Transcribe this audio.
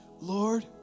Lord